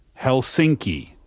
Helsinki